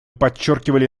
подчеркивали